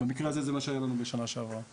במקרה הזה, זה מה שהיה לנו בשנה שעברה.